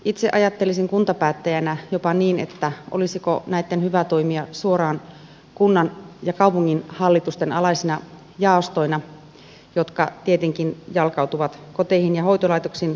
itse ajattelisin kuntapäättäjänä jopa niin että olisiko näitten hyvä toimia suoraan kunnan ja kaupunginhallitusten alaisina jaostoina jotka tietenkin jalkautuvat koteihin ja hoitolaitoksiin kokoustamaan